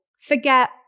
forget